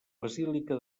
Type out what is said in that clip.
basílica